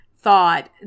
thought